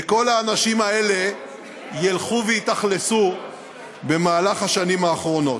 וכל האנשים האלה ילכו וישתכנו במהלך השנים הקרובות.